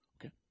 Okay